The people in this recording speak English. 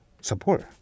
support